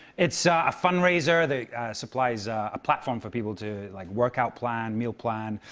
it's a fundraiser that supplies a platform for people to like, workout plan, meal plan.